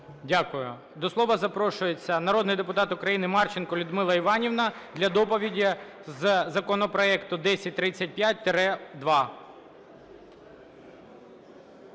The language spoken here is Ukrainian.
Дякую. До слова запрошується народний депутат України Марченко Людмила Іванівна для доповіді з законопроекту 1035-2.